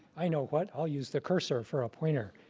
i know what, i'll use the cursor for a pointer.